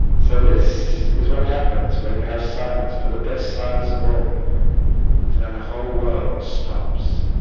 so this is what happens when you have silence but the best silence of all is when the whole world stops